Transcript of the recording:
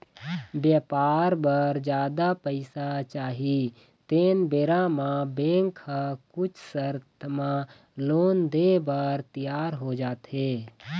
बेपार बर जादा पइसा चाही तेन बेरा म बेंक ह कुछ सरत म लोन देय बर तियार हो जाथे